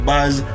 Buzz